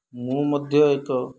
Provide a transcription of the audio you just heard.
ମୁଁ ମଧ୍ୟ ଏକ